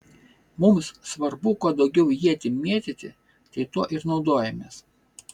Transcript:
mums svarbu kuo daugiau ietį mėtyti tai tuo ir naudojamės